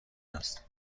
است